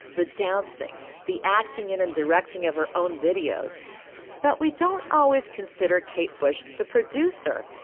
the dancing, the acting in and directing of her own videos but we don't always consider kate bush, the producer,